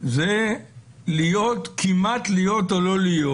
זה כמעט להיות או לא להיות.